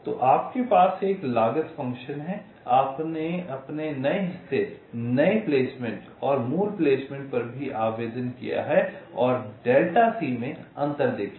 तो आपके पास एक लागत फंक्शन है आपने अपने नए हिस्से नए प्लेसमेंट और मूल प्लेसमेंट पर भी आवेदन किया है और में अंतर देखें